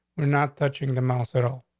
we're not touching the mouse at all.